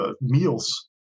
meals